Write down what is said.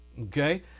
Okay